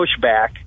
pushback